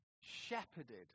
shepherded